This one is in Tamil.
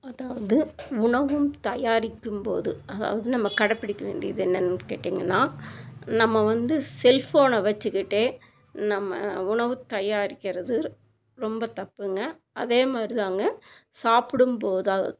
அதாவது உணவும் தயாரிக்கும் போது அதாவது நம்ம கடைப்பிடிக்க வேண்டியது என்னென்னு கேட்டிங்கனால் நம்ம வந்து செல்ஃபோன் வச்சுக்கிட்டு நம்ம உணவு தயாரிக்கிறது ரொம்ப தப்புங்க அதே மாதிரி தாங்க சாப்பிடும் போது